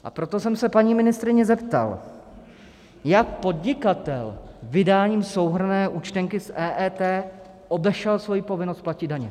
A proto jsem se paní ministryně zeptal: Jak podnikatel vydáním souhrnné účtenky s EET obešel svoji povinnost platit daně?